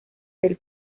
del